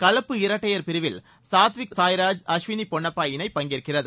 கலப்பு இரட்டையர் பிரிவில் சாத்விக்சாய் ராஜ் அஸ்வினி பொன்னப்பா இணை பங்கேற்கிறது